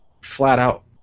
flat-out